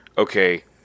Okay